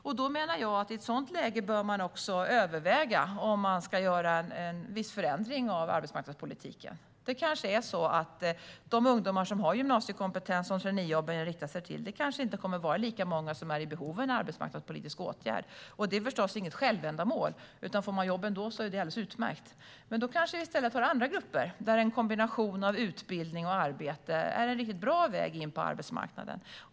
Jag menar att man i ett sådant läge bör överväga om man ska göra en viss förändring av arbetsmarknadspolitiken. Det kanske inte kommer att vara lika många av de ungdomar som har gymnasiekompetens, de som traineejobben riktar sig till, som är i behov av en arbetsmarknadspolitisk åtgärd. Det är förstås inget självändamål - får man jobb ändå är det alldeles utmärkt. Men då kanske vi i stället har andra grupper där en kombination av utbildning och arbete är en riktigt bra väg in på arbetsmarknaden.